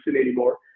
anymore